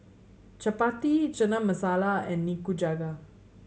Chapati Chana Masala and Nikujaga